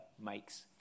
makes